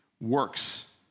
works